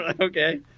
Okay